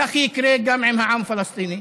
כך יקרה גם עם העם הפלסטיני,